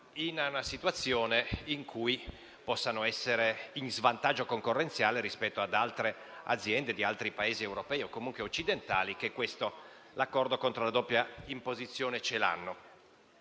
in una situazione in cui possano essere in svantaggio concorrenziale rispetto ad altre aziende di altri Paesi europei o comunque occidentali, che invece hanno l'accordo contro la doppia imposizione.